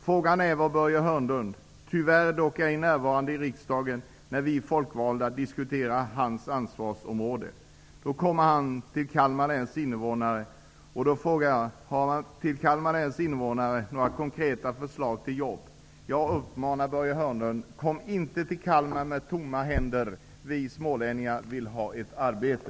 Frågan är vad Börje Hörnlund -- tyvärr dock ej närvarande i riksdagen när vi folkvalda diskuterar hans ansvarsområde -- kommer att ha för konkreta förslag till jobb till Kalmar läns invånare. Jag uppmanar Börje Hörnlund: Kom inte till Kalmar med tomma händer. Vi smålänningar vill ha arbete!